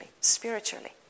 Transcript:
spiritually